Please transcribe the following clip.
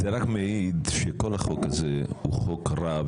זה רק מעיד כעל כך שכל החוק הזה הוא חוק רע,